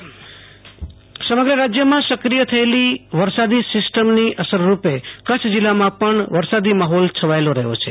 આશુ તોષ અંતાણી વરસાદ સમગ્ર રાજયમાં સક્રિય થયેલી વરસાદી સિસ્ટમની અસરરૂપે કચ્છ જિલ્લામાં પણ વરસાદી માહોલ છવાયેલો રહ્યો છે